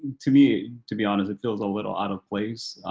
to me, to be honest, it feels a little out of place,